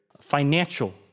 financial